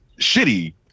shitty